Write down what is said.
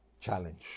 challenge